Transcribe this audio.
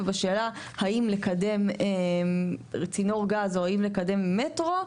ובשאלה האם לקדם צינור גז או האם לקדם מטרו,